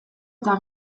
eta